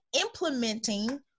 implementing